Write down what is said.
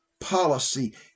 policy